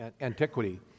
antiquity